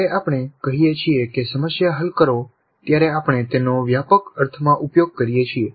જ્યારે આપણે કહીએ છીએ કે સમસ્યા હલ કરો ત્યારે આપણે તેનો વ્યાપક અર્થમાં ઉપયોગ કરીએ છીએ